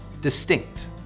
distinct